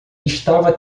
estava